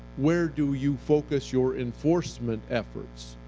where do you focus your enforcement efforts?